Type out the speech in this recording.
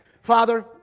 Father